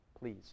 please